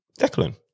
Declan